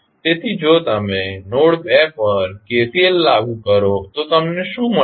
તેથી જો તમે નોડ 2 પર KCL લાગુ કરો તો તમને શું મળે છે